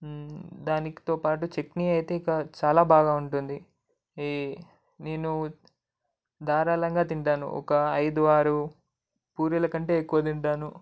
దానితో పాటు చట్నీ అయితే ఇక చాలా బాగా ఉంటుంది ఈ నేను ధారాళంగా తింటాను ఒక అయిదు ఆరు పూరీలకంటే ఎక్కువ తింటాను